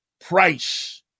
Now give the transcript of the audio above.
price